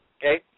okay